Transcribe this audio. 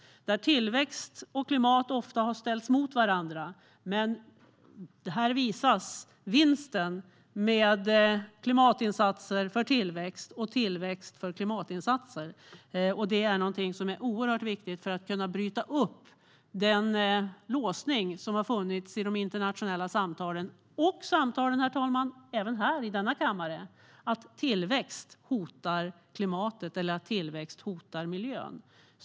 Tillväxt och klimat har ofta ställts mot varandra, men här visas vinsten med klimatinsatser för tillväxt och tillväxt för klimatinsatser. Det är oerhört viktigt för att kunna bryta upp den låsning som har funnits i de internationella samtalen, och även i samtalen i denna kammare, om att tillväxt hotar klimatet eller miljön.